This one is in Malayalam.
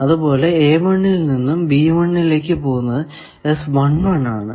അതുപോലെ ൽ നിന്നും ലേക്ക് പോകുന്നത് ആണ്